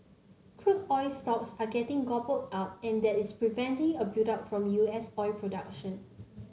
crude oil stocks are getting gobbled up and that is preventing a buildup from U S oil production